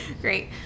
Great